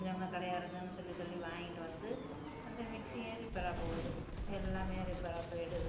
தெரிஞ்சவங்க கடையாக இருக்குன்னு சொல்லிச் சொல்லி வாங்கிகிட்டு வந்து அந்த மிக்சியும் ரிப்பேராக போகுது எல்லாமே ரிப்பேராக போய்விடுது